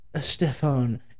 Stefan